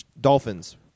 Dolphins